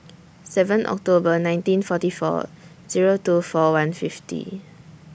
seven October nineteen forty four Zero two forty one fifty